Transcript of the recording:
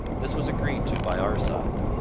this was agreed to by our side.